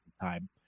time